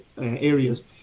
areas